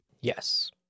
Yes